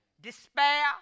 despair